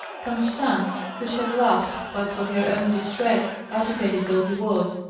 constance could have laughed, but for her own distress, agitated though he was.